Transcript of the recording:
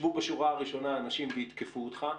יישבו בשורה הראשונה אנשים ויתקפו אותך,